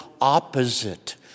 opposite